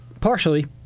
Partially